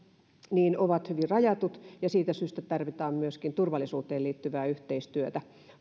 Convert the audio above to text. ovat hyvin rajatut ja siitä syystä tarvitaan myöskin turvallisuuteen liittyvää yhteistyötä